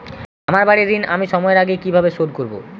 আমার বাড়ীর ঋণ আমি সময়ের আগেই কিভাবে শোধ করবো?